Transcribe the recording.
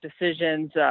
decisions